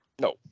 no